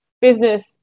business